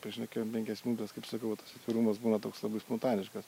prašnekėjom penkias minutes kaip sakau va tas atvirumas būna toks labai spontaniškas